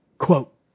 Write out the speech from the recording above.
Quote